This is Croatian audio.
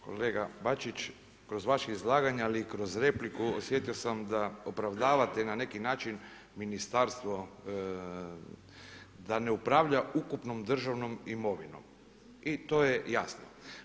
Kolega Bačić, kroz vaše izlaganje ali i kroz repliku osjetio sam da opravdavate na neki način ministarstvo da ne upravlja ukupnom državnom imovinom i to je jasno.